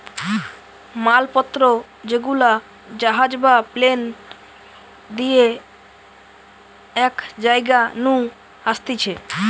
মাল পত্র যেগুলা জাহাজ বা প্লেন দিয়ে এক জায়গা নু আসতিছে